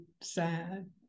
sad